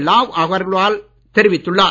லாவ் அகர்வால் தெரிவித்துள்ளார்